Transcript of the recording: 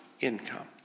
income